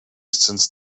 since